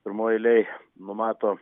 pirmoj eilėj numato